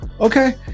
Okay